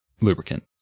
lubricant